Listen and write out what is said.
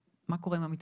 מה קורה עם המתווה?